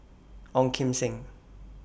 Ong Kim Seng